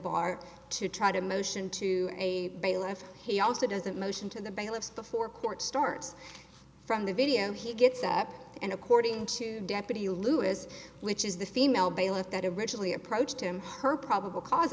bar to try to motion to a bailiff he also doesn't motion to the bailiffs before court starts from the video he gets up and according to deputy lewis which is the female bailiff that originally approached him her probable cause